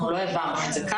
אנחנו לא העברנו על זה.